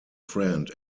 friend